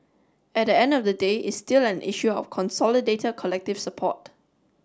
at the end of the day it's still an issue of consolidated collective support